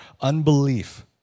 unbelief